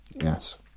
Yes